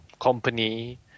company